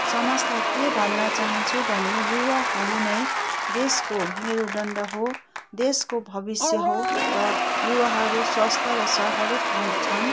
समाजलाई के भन्न चाहन्छु भने युवाहरू नै देशको मेरुदण्ड हो देशको भविष्य हो र युवाहरू स्वस्थ र जागरूक हुन् छन्